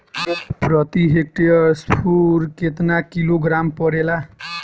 प्रति हेक्टेयर स्फूर केतना किलोग्राम परेला?